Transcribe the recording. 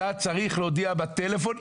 אתה צריך להודיע בטלפון,